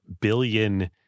billion